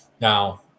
Now